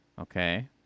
Okay